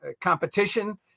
competition